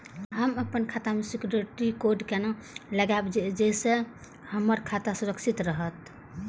हम अपन खाता में सिक्युरिटी कोड केना लगाव जैसे के हमर खाता सुरक्षित रहैत?